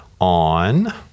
on